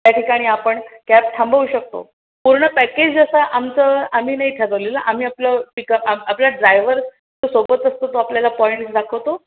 त्या ठिकाणी आपण कॅब थांबवू शकतो पूर्ण पॅकेज जसा आमचं आम्ही नाही ठरवलेलं आम्ही आपलं पिकअप आपण आपला ड्रायव्हर तो सोबत असतो तो आपल्याला पॉईंट्स दाखवतो